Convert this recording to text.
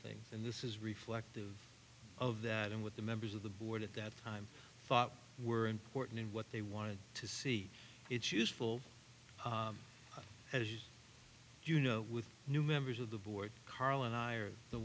things and this is reflective of that and with the members of the board at that time thought were important in what they wanted to see it's useful as you know with new members of the board carl and i are the